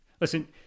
Listen –